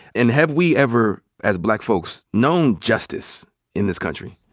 and have we ever, as black folks, known justice in this country?